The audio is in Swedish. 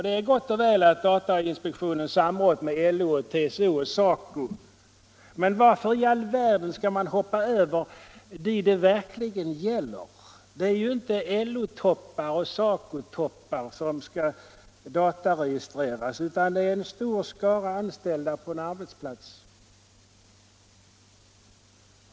Det är gott och väl att datainspektionen samråder med LO, TCO, SACO, men varför i all världen skall de som verkligen berörs hoppas över? Det är ju inte LO och SACO-toppar som skall dataregistreras, utan en stor skara anställda på en arbetsplats.